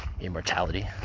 immortality